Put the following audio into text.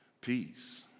Peace